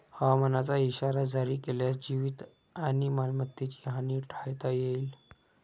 हवामानाचा इशारा जारी केल्यास जीवित आणि मालमत्तेची हानी टाळता येईल